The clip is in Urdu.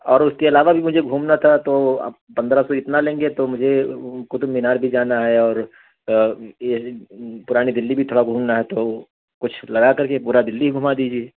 اور اس کے علاوہ بھی مجھے گھومنا تھا تو آپ پندرہ سو اتنا لیں گے تو مجھے قطب مینار بھی جانا ہے اور پرانی دہلی بھی تھوڑا گھومنا ہے تو کچھ لگا کر کے پورا دہلی ہی گھما دیجیے